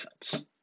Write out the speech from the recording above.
defense